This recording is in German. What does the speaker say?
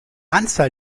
anzahl